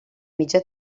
mitjà